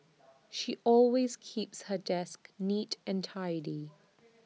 she always keeps her desk neat and tidy